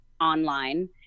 online